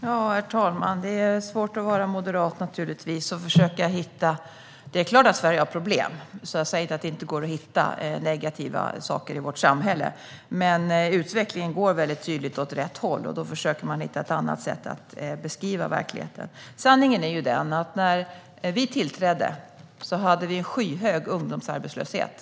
Herr talman! Det måste vara svårt att vara moderat och försöka hitta saker att ta upp. Det är klart att Sverige har problem, så jag säger inte att det inte går att hitta negativa saker i vårt samhälle, men utvecklingen går väldigt tydligt åt rätt håll. Då försöker man hitta ett annat sätt att beskriva verkligheten. Sanningen är ju den att när vi tillträdde var det skyhög ungdomsarbetslöshet.